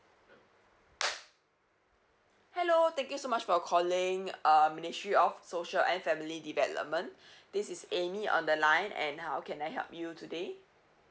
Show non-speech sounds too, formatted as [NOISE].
[NOISE] hello thank you so much for calling um ministry of social and family development this is amy on the line and how can I help you today